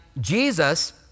Jesus